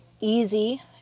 easy